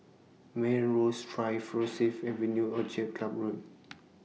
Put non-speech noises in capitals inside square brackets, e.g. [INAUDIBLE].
Melrose Drive [NOISE] Rosyth Avenue Orchid Club Road